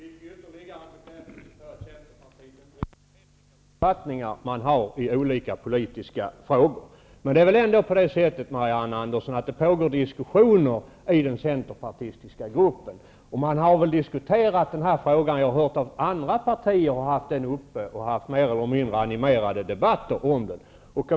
Herr talman! Det är ytterligare en bekräftelse på att Centerpartiet inte riktigt vet vilka uppfattningar man har i olika politiska frågor. Men det är väl ändå på det sättet, Marianne Andersson, att det pågår diskussioner i den centerpartistiska gruppen, och man har väl diskuterat denna fråga? Jag har hört att andra partier har haft den uppe till diskussion och har haft mer eller mindre animerade debatter om den.